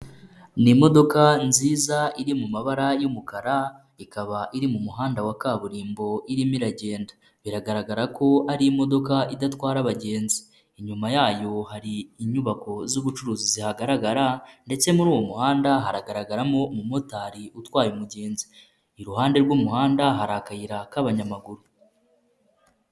Ni imodoka nziza iri mu mabara y'umukara ikaba iri mu muhanda wa kaburimbo irimo iragenda, biragaragara ko ari imodokadoka idatwara abagenzi, inyuma yayo hari inyubako z'ubucuruzi zihagaragara ndetse muri uwo muhanda haragaragaramo umumotari utwaye umugenzi, iruhande rw'umuhanda hari akayira k'abanyamaguru.